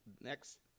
Next